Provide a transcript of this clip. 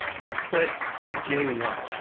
let's put a j one.